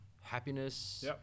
happiness